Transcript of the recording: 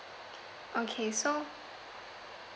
okay so